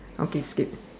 okay skip